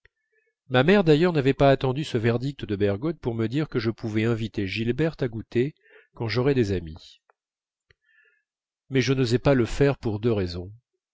ma mère d'ailleurs n'avait pas attendu ce verdict de bergotte pour me dire que je pouvais inviter gilberte à goûter quand j'aurais des amis mais je n'osais pas le faire pour deux raisons